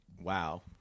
Wow